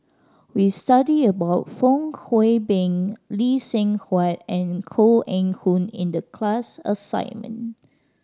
we studied about Fong Hoe Beng Lee Seng Huat and Koh Eng Hoon in the class assignment